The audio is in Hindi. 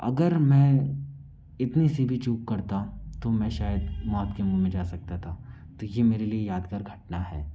अगर मैं इतनी सी भी चूक करता तो मैं शायद मौत के मुँह में जा सकता था तो यह मेरे लिए यादगार घटना है